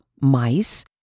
mice